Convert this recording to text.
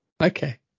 okay